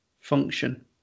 function